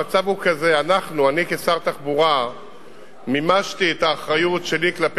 המצב הוא כזה: אני כשר תחבורה מימשתי את האחריות שלי כלפי